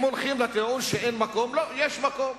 אם הולכים לטיעון שאין מקום, לא, יש מקום.